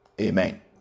Amen